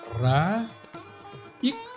ra-ik